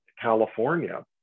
California